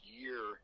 year